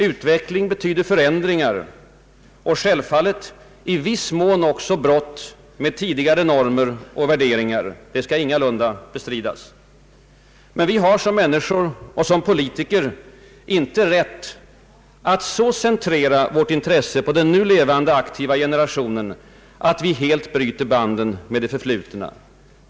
Utveckling betyder förändringar och självfallet i viss mån också brytning med tidigare normer och värderingar — det skall ingalunda bestridas. Men vi har som människor och som politiker inte rätt att så centrera vårt intresse på den nu levande aktiva generationen att vi helt bryter banden med det förflutna.